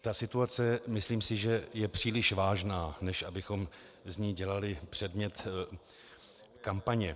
Ta situace, myslím si, je příliš vážná, než abychom z ní dělali předmět kampaně.